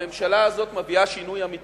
הממשלה הזאת מביאה שינוי אמיתי: